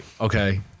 okay